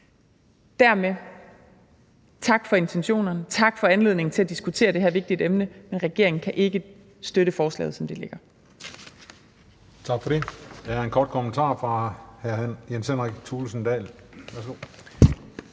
Dermed tak for intentionerne. Tak for anledningen til at diskutere det her vigtige emne, men regeringen kan ikke støtte forslaget, som det ligger.